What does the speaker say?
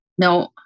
No